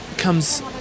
comes